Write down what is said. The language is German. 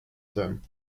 sein